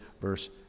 verse